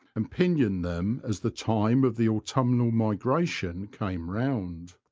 and pinioned them as the time of the autumnal migration came round.